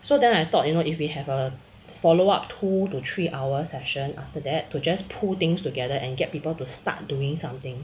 so then I thought you know if we have a follow up two to three hour session after that to just pull things together and get people to start doing something